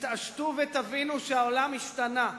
תתעשתו ותבינו שהעולם השתנה.